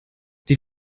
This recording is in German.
die